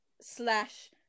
slash